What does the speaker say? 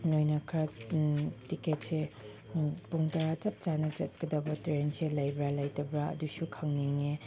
ꯅꯣꯏꯅ ꯈꯔꯥ ꯇꯤꯛꯀꯦꯠꯁꯦ ꯄꯨꯡ ꯇꯔꯥ ꯆꯞ ꯆꯥꯅ ꯆꯠꯀꯗꯕ ꯇ꯭ꯔꯦꯟꯁꯦ ꯂꯩꯕ꯭ꯔꯥ ꯂꯩꯇꯕ꯭ꯔꯥ ꯑꯗꯨꯁꯨ ꯈꯪꯅꯤꯡꯉꯦ